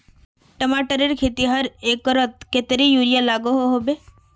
टमाटरेर खेतीत हर एकड़ोत कतेरी यूरिया लागोहो होबे?